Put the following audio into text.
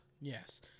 Yes